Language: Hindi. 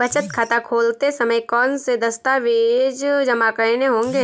बचत खाता खोलते समय कौनसे दस्तावेज़ जमा करने होंगे?